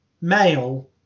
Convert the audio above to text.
male